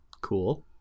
Cool